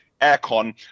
aircon